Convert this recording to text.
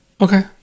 Okay